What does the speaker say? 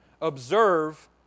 observe